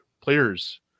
Players